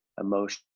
emotion